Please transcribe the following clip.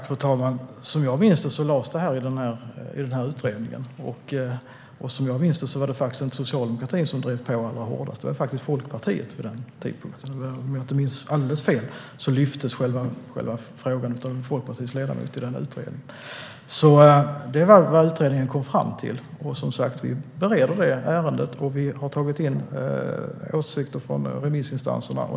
Fru talman! Som jag minns det lades detta i utredningen, och som jag minns det var det inte socialdemokratin som drev på hårdast. Det var Folkpartiet, vid den tidpunkten. Om jag inte minns alldeles fel lyftes frågan av en folkpartistisk ledamot i utredningen. Detta var vad utredningen kom fram till. Vi bereder som sagt ärendet, och vi har tagit in åsikter från remissinstanserna.